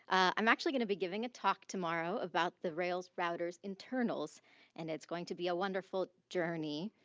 i'm actually gonna be giving a talk tomorrow about the rails routers internals and it's going to be a wonderful journey.